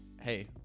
Hey